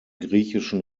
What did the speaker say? griechischen